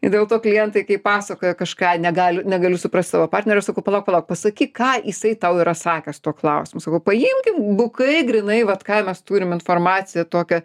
ir dėl to klientai kai pasakoja kažką negali negaliu suprasti savo partnerio sakau palauk palauk pasakyk ką jisai tau yra sakęs tuo klausimu sakau paimkim bukai grynai vat ką mes turime informaciją tokią